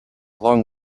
long